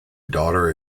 daughter